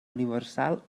universal